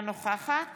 אינה נוכחת